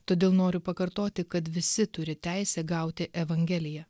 todėl noriu pakartoti kad visi turi teisę gauti evangeliją